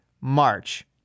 March